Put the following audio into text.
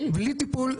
בלי טיפול,